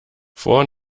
vor